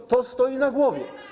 No, to stoi na głowie.